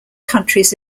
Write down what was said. countries